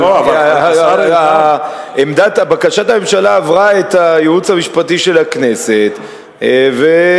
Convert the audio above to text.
אבל בקשת הממשלה עברה את הייעוץ המשפטי של הכנסת ונקבע